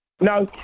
No